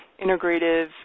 integrative